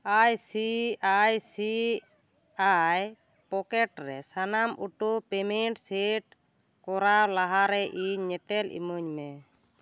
ᱟᱭ ᱥᱤ ᱟᱭ ᱥᱤ ᱟᱭ pocket ᱨᱮ ᱥᱟᱱᱟᱢ auto payment set ᱠᱚᱨᱟᱣ ᱞᱟᱦᱟᱨᱮ ᱤᱧ ᱧᱮᱛᱮᱞ ᱤᱢᱟᱹᱧ ᱢᱮ